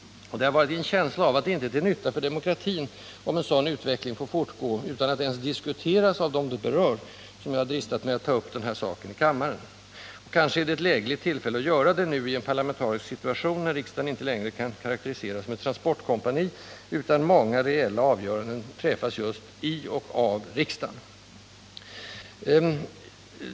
Det har varit i en känsla av att det inte är till nytta för demokratin, om en sådan utveckling får fortgå utan att ens diskuteras av dem det berör, som jag har dristat mig att ta upp denna sak här i kammaren. Kanske är det ett lägligt tillfälle att göra det nu, ien parlamentarisk situation, när riksdagen inte längre kan karakteriseras som ett ”transportkompani”, utan många reella avgöranden träffas just i och av riksdagen.